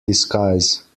disguise